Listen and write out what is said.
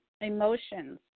emotions